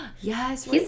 Yes